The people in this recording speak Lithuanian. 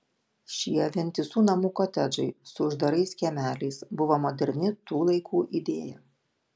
šie vientisų namų kotedžai su uždarais kiemeliais buvo moderni tų laikų idėja